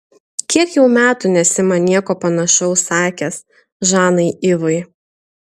kiek jau metų nesi man nieko panašaus sakęs žanai ivai